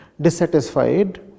dissatisfied